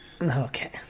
Okay